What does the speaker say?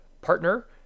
partner